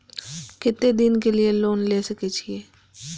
केते दिन के लिए लोन ले सके छिए?